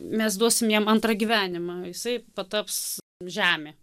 mes duosim jam antrą gyvenimą jisai pataps žeme